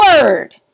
word